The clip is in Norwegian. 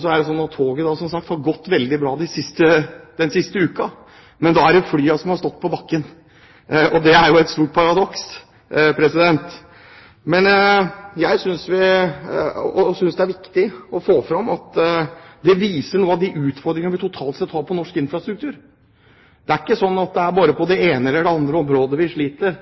så har toget gått veldig bra den siste uken. Men da er det flyene som har stått på bakken. Det er jo et stort paradoks. Jeg synes det er viktig å få fram at det viser noen av de utfordringene vi totalt sett har innen norsk infrastruktur. Det er ikke sånn at det bare er på det ene eller det andre området vi sliter.